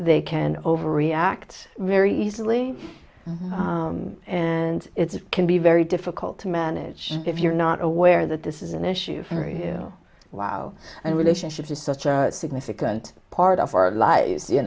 they can overreact very easily and it can be very difficult to manage if you're not aware that this is an issue you know wow and relationships are such a significant part of our life you